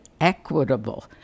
equitable